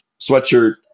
sweatshirt